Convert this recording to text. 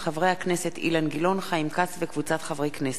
של חברי הכנסת אילן גילאון וחיים כץ וקבוצת חברי הכנסת,